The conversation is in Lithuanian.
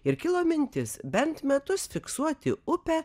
ir kilo mintis bent metus fiksuoti upę